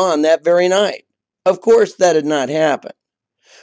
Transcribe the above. on that very night of course that had not happened